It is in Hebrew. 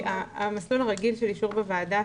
המסלול הרגיל של אישור בוועדה,